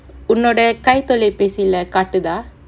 உன்னோட கைத்தொலைபேசில காட்டுதா:unnoda kaitholaipesila kaattuthaa